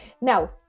now